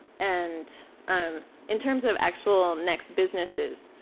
and um in terms of actual next businesses.